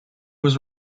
was